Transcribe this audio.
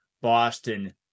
Boston